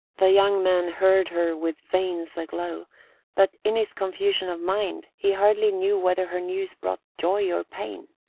the young man heard her with veins aglow but in his confusion of mind he hardly knew whether her news brought joy or pain.